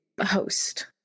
host